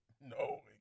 No